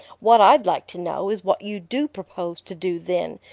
what i'd like to know is what you do propose to do, then,